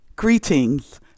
Greetings